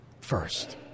first